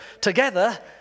together